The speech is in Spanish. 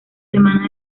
semanas